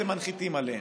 אתם מנחיתים עליהם.